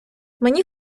мені